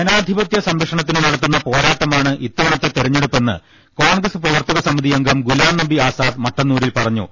ജനാധിപത്യ സംരക്ഷണത്തിന് നടത്തുന്ന പോരാട്ടമാണ് ഇത്ത വണത്തെ തിരഞ്ഞെടുപ്പെന്ന് കോൺഗ്രസ് പ്രവർത്തക സമിതി അംഗം ഗുലാം നബി ആസാദ് മട്ടന്നൂരിൽ പറഞ്ഞു